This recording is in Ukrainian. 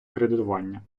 кредитування